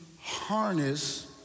harness